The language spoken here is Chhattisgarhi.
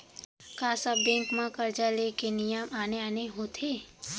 का सब बैंक म करजा ले के नियम आने आने होथे?